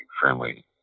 friendly